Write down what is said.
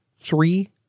three